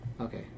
Okay